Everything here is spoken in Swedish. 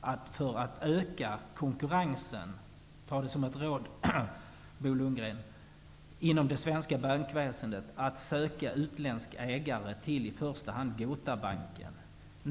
att för att öka konkurrensen inom det svenska bankväsendet söka utländska ägare till i första hand Gotabanken. Ta det som ett råd, Bo Lundgren!